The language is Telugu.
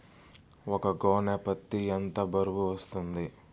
ఒక గోనె పత్తి ఎంత బరువు వస్తుంది?